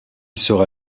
sera